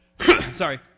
Sorry